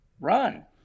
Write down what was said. run